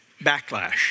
backlash